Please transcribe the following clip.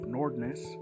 Nordness